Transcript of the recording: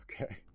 Okay